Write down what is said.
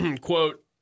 quote